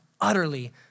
utterly